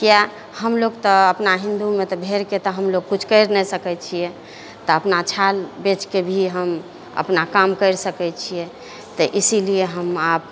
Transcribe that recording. किएक हमलोग तऽअपना हिन्दूमे तऽ भेड़के तऽ हमलोग कुछ करि नहि सकै छियै तऽ अपना छाल बेचके भी हम अपना काम करि सकै छियै तऽ इसीलिए हम आब